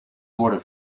worden